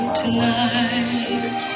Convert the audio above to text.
tonight